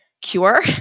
cure